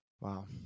Wow